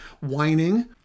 Whining